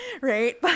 Right